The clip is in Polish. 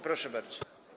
Proszę bardzo.